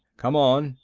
come on,